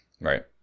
Right